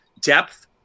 depth